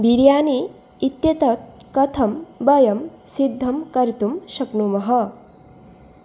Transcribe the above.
बिर्यानी इत्येतत् कथं वयं सिद्धं कर्तुं शक्नुमः